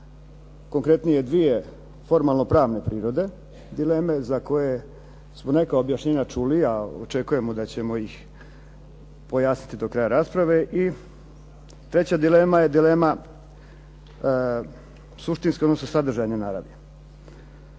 konkretnije dvije formalno pravne prirode, dileme za koje smo neka objašnjenja čuli a očekujemo da ćemo ih pojasniti do kraja rasprave. I treća dilema je suštinske, odnosno sadržajne naravi.